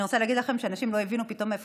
אני רוצה להגיד לכם שהנשים לא הבינו מאיפה